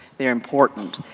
they are important.